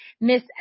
Miss